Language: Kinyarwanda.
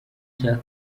cya